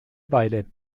weile